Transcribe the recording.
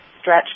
stretch